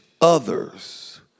others